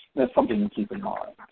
that's something to keep in mind.